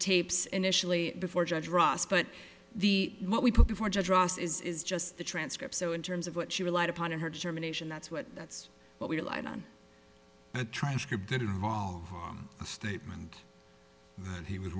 tapes initially before judge ross but the what we put before judge ross is is just the transcript so in terms of what she relied upon in her determination that's what that's what we relied on a transcript that involved a statement that he was